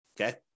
okay